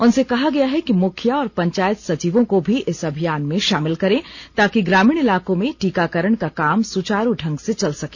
उनसे कहा गया है कि मुखिया और पंचायत सचिवों को भी इस अभियान में शामिल करें ताकि ग्रामीण इलाकों में टीकाकरण का काम सुचारू ढंग से चल सके